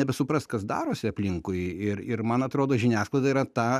nebesuprast kas darosi aplinkui ir ir man atrodo žiniasklaida yra ta